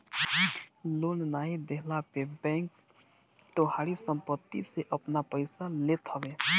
loan नाइ देहला पे बैंक तोहारी सम्पत्ति से आपन पईसा लेत हवे